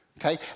okay